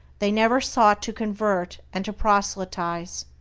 they never sought to convert and to proselytize.